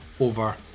over